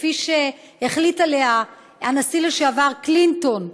כפי שהחליט עליה הנשיא לשעבר קלינטון,